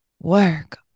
Work